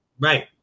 Right